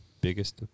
biggest